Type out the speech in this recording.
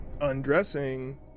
undressing